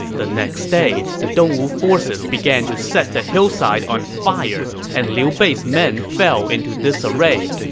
the next day, the dongwu forces began to set the hillside on fire, and liu bei's men fell into disarray.